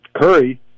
Curry